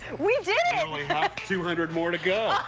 with a two hundred more to go. ah